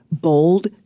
bold